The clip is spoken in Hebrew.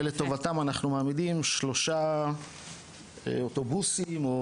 ולטובתם אנחנו מעמידים שלושה אוטובוסים או